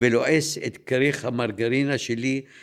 ולועס את כריך המרגרינה שלי.